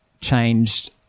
changed